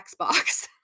Xbox